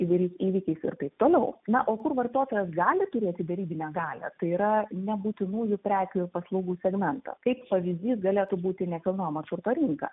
įvairiais įvykiais ir taip toliau na o kur vartotojas gali turėti derybinę galią tai yra nebūtinųjų prekių ir paslaugų segmentą kaip pavyzdys galėtų būti nekilnojamo turto rinka